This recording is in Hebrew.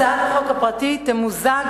הצעת החוק הפרטית תמוזג